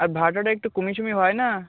আর ভাড়া টাড়াটা একটু কমিয়ে সমিয়ে হয় না